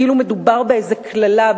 כאילו היה מדובר באיזה קללה,